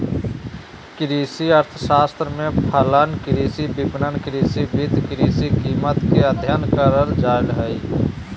कृषि अर्थशास्त्र में फलन, कृषि विपणन, कृषि वित्त, कृषि कीमत के अधययन करल जा हइ